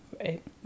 Right